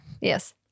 Yes